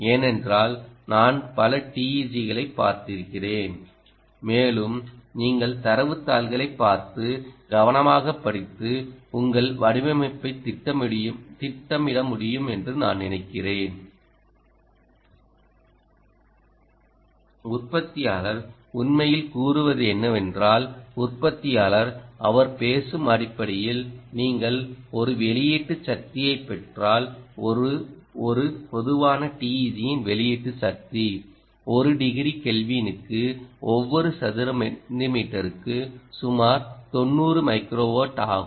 ஏனென்றால் நான் பல TEG களைப் பார்த்திருக்கிறேன் மேலும் நீங்கள் தரவுத் தாள்களைப் பார்த்து கவனமாகப் படித்து உங்கள் வடிவமைப்பைத் திட்டமிட முடியும் என்று நான் நினைக்கிறேன் உற்பத்தியாளர் உண்மையில் கூறுவது என்னவென்றால் உற்பத்தியாளர் அவர் பேசும் அடிப்படையில் நீங்கள் ஒரு வெளியீட்டு சக்தியைப் பெற்றால் ஒரு ஒரு பொதுவான TEG இன் வெளியீட்டு சக்தி ஒரு டிகிரி கெல்வினுக்கு ஒவ்வொரு சதுர சென்டிமீட்டருக்கு சுமார் 90 மைக்ரோவாட் ஆகும்